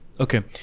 Okay